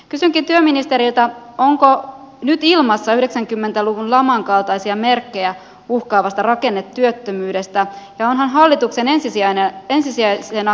helsinki työministeriötä mutta nyt ilmassa yhdeksänkymmentä luvun laman kaltaisia merkkejä uhkaavasta rakennetyöttömyydestä ja onhan hallituksen ensisijainen ensisijaisena